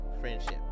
friendship